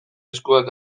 eskuak